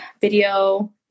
video